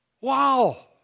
Wow